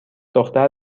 دختر